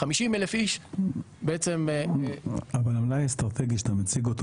50,000 איש- -- אבל המלאי האסטרטגי שאתה מציג אותו